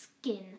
skin